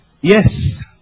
yes